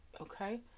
Okay